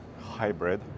hybrid